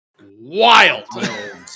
wild